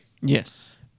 yes